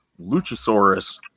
Luchasaurus